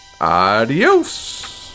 Adios